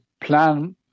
plan